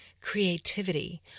creativity